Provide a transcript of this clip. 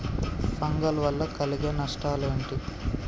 Fungal వల్ల కలిగే నష్టలేంటి?